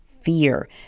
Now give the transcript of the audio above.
fear